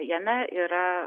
jame yra